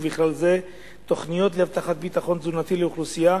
ובכלל זה תוכניות להבטחת ביטחון תזונתי לאוכלוסייה